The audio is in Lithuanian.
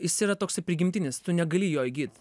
jis yra toksai prigimtinis tu negali jo įgyt